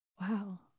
Wow